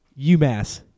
UMass